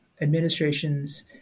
administration's